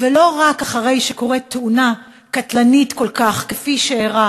ולא רק אחרי שקורית תאונה קטלנית כל כך כפי שאירע